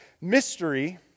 mystery